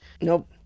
Nope